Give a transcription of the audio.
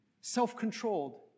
self-controlled